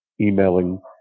emailing